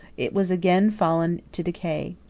it was again fallen to decay.